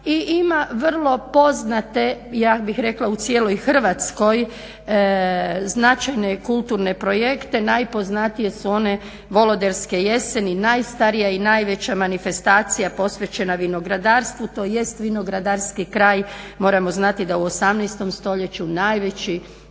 i ima vrlo poznate, ja bih rekla u cijeloj Hrvatskoj značajne kulturne projekte. Najpoznatije su one Voloderske jeseni najstarija i najveća manifestacija posvećena vinogradarstvu tj. vinogradarski kraj moramo znati da u 18.stoljeću najveće